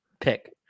pick